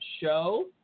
show